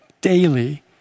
daily